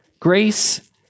Grace